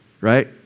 Right